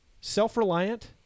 self-reliant